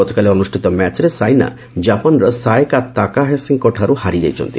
ଗତକାଲି ଅନୁଷ୍ଠିତ ମ୍ୟାଚ୍ରେ ସାଇନା ଜାପାନର ସାୟାକା ତାକାହାସିଙ୍କଠାରୁ ହାରିଯାଇଛନ୍ତି